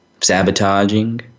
sabotaging